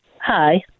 hi